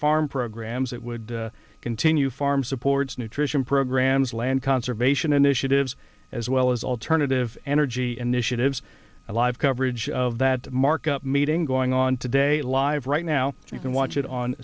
farm programs that would continue farm supports nutrition programs land conservation initiatives as well as alternative energy initiatives a live coverage of that markup meeting going on today live right now you can watch it on